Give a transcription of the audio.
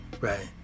right